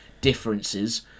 differences